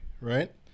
right